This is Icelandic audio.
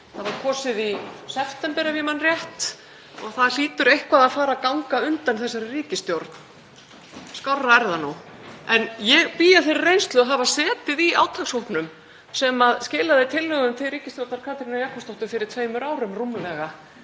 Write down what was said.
það var kosið í september ef ég man rétt og það hlýtur eitthvað að fara að ganga undan þessari ríkisstjórn. Skárra væri það nú. Ég bý að þeirri reynslu að hafa setið í átakshópnum sem skilaði tillögum til ríkisstjórnar Katrínar Jakobsdóttur fyrir tveimur árum rúmlega,